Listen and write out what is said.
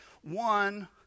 one